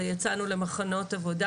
אז יצאנו למחנות עבודה,